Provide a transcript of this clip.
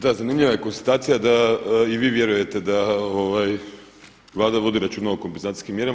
Da, zanimljiva je konstatacija da i vi vjerujete da Vlada vodi računa o kompenzacijskim mjerama.